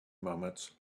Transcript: moments